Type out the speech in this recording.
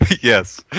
Yes